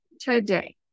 today